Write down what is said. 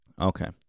okay